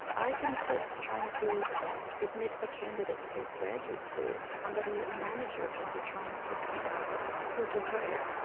i can sit trying to admit a candidate to a graduate school. somebody, a manager, can be trying to think about who to hire.